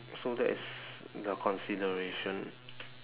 so that is the consideration